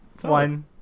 One